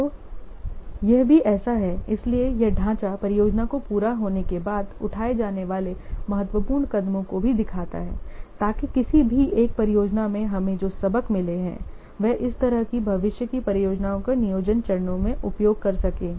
तो यह भी ऐसा है इसलिए यह ढांचा परियोजना के पूरा होने के बाद उठाए जाने वाले महत्वपूर्ण कदमों को भी दिखाता है ताकि किसी भी एक परियोजना में हमें जो सबक मिले हैं वे इस तरह की भविष्य की परियोजनाओं के नियोजन चरणों में उपभोग कर सके सकें